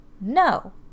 no